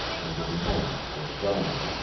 and in a moment was gone.